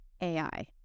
AI